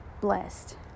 blessed